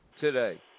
today